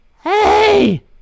Hey